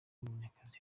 munyakazi